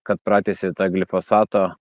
kad pratęsė tą glifosato